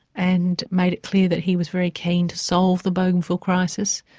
and made it clear that he was very keen to solve the bougainville crisis.